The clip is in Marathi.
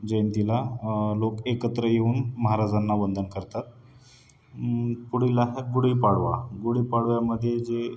जयंतीला लोक एकत्र येऊन महाराजांना वंदन करतात पुढील आहे गुढीपाडवा गुढीपाडव्यामध्ये जे